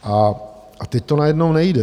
A teď to najednou nejde.